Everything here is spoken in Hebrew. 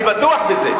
אני בטוח בזה.